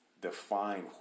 define